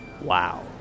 Wow